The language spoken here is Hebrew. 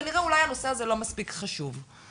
כנראה שהנושא הזה לא מספיק חשוב.